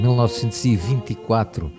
1924